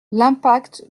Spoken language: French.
l’impact